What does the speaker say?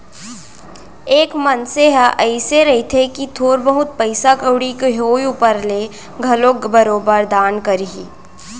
एक मनसे ह अइसे रहिथे कि थोर बहुत पइसा कउड़ी के होय ऊपर ले घलोक बरोबर दान करही